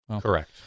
correct